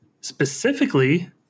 Specifically